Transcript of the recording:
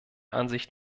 ansicht